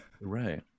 Right